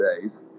days